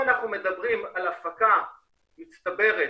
בצורה נאותה כדי שהמדינה תיהנה מתשואה על קרן העשור לדורות הבאים.